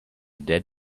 dead